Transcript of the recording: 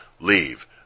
leave